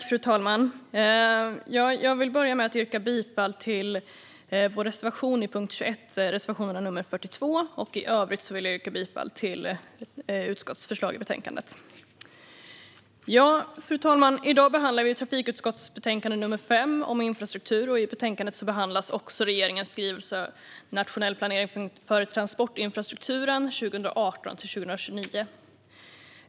Fru talman! Jag vill börja med att yrka bifall till reservation 42 under punkt 21, och i övrigt yrkar jag bifall till utskottets förslag i betänkandet. Fru talman! I dag behandlar vi trafikutskottets betänkande nr 5 om infrastruktur. I betänkandet behandlas också regeringens skrivelse Nationell planering för transportinfrastrukturen 2018 - 2029 .